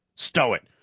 stow it!